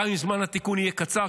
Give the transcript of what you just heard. גם אם זמן התיקון יהיה קצר,